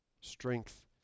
strength